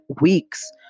weeks